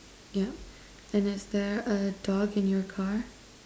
yep and is there a dog in your car